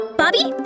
bobby